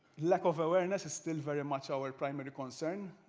lack of awareness is still very much our primary concern.